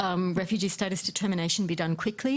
זה שהכרעה במעמד פליטות תתבצע במהירות,